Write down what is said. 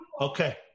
Okay